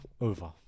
over